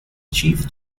chief